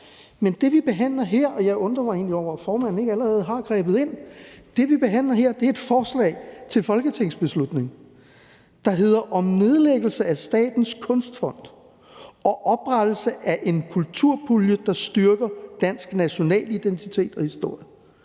Men det, vi behandler her – og jeg undrer mig egentlig over, at formanden ikke allerede har grebet ind – er et forslag til folketingsbeslutning, der hedder: Forslag til folketingsbeslutning om nedlæggelse af Statens Kunstfond og oprettelse af en kulturpulje, der styrker dansk nationalidentitet og historie.